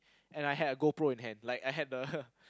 and I had a GoPro in hand like I had the